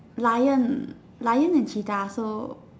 lion lion and cheetah so